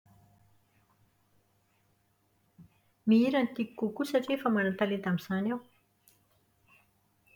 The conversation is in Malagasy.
Mihira no tiako kokoa satria efa manan-talenta amin'izany aho.